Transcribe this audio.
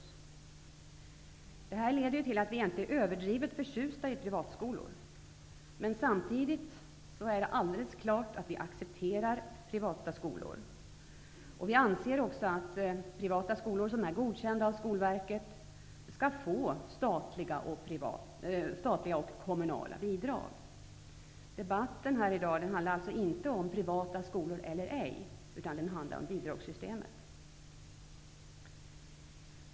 Det här leder till att vi inte är överdrivet förtjusta i privatskolor. Men samtidigt är det alldeles klart att vi accepterar sådana skolor. Vidare anser vi att privata skolor som är godkända av Skolverket skall få statliga och kommunala bidrag. Debatten här i dag handlar alltså inte om privata skolor eller ej, utan den handlar om bidragssystemet.